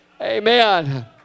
Amen